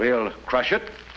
will crush it